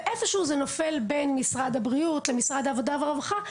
ואיפשהו זה נופל בין משרד הבריאות למשרד העבודה והרווחה,